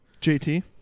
JT